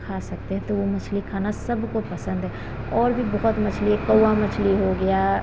खा सकते हैं तो वह मछली खाना सबको पसंद है और भी बहुत मछली है कौवा मछली हो गया